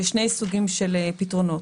יש שני סוגים של פתרונות.